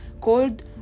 called